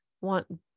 want